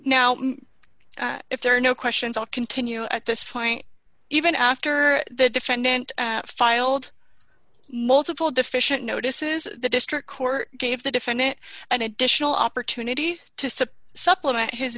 now if there are no questions i'll continue at this point even after the defendant filed multiple deficient notices the district court gave the defendant an additional opportunity to set supplement his